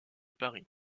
paris